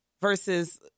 versus